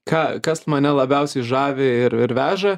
ką kas mane labiausiai žavi ir ir veža